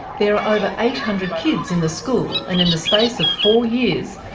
there are over eight hundred kids in the school, and in the space of four years,